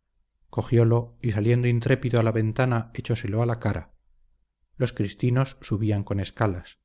fusil cogiolo y saliendo intrépido a la ventana echóselo a la cara los cristinos subían con escalas